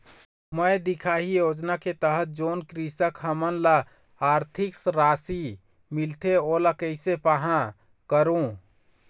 मैं दिखाही योजना के तहत जोन कृषक हमन ला आरथिक राशि मिलथे ओला कैसे पाहां करूं?